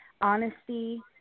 Honesty